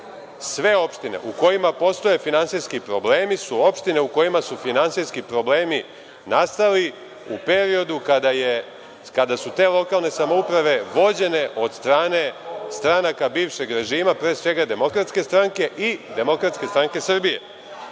Sve opštine u kojima postoje finansijski problemi su opštine u kojima su finansijski problemi nastali u periodu kada su te lokalne samouprave vođene od strane stranaka bivšeg režima, pre svega DS i DSS.Dug Smederevske Palanke,